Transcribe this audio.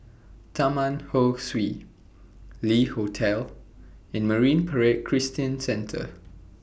Taman Ho Swee Le Hotel and Marine Parade Christian Centre